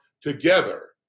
together